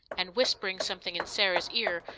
and, whispering something in sarah's ear,